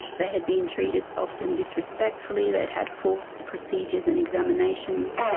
they had been treated often disrespectfully, they'd had forced procedures and examinations,